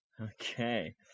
okay